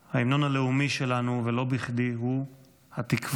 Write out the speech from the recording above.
ההמנון הלאומי שלנו, ולא בכדי, הוא "התקווה".